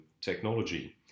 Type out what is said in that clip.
technology